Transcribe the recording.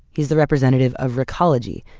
he's the representative of recology,